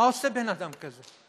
מה עושה בן אדם כזה?